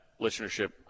listenership